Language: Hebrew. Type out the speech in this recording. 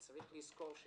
ויש לזכור,